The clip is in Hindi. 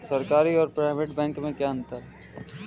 सरकारी और प्राइवेट बैंक में क्या अंतर है?